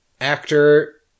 actor